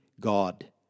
God